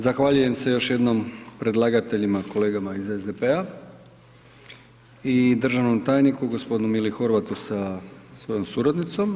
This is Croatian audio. Zahvaljujem se još jednom predlagateljima kolegama iz SDP-a i državnom tajniku g. Mili Horvatu sa svojom suradnicom.